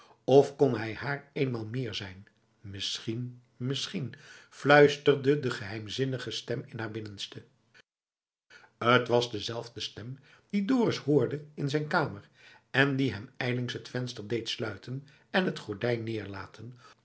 of kon hij haar eenmaal meer zijn misschien misschien fluisterde de geheimzinnige stem in haar binnenste t was dezelfde stem die dorus hoorde in zijn kamer en die hem ijlings het venster deed sluiten en t gordijn